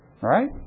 Right